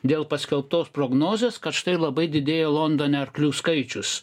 dėl paskelbtos prognozės kad štai labai didėja londone arklių skaičius